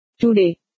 Today